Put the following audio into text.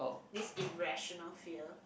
this irrational fear